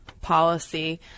policy